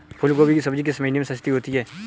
फूल गोभी की सब्जी किस महीने में सस्ती होती है?